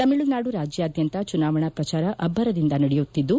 ತಮಿಳುನಾಡು ರಾಜ್ಯಾದ್ಯಂತ ಜುನಾವಣಾ ಪ್ರಚಾರ ಅಬ್ಬರದಿಂದ ನಡೆಯುತ್ತಿದ್ದು